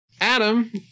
Adam